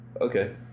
Okay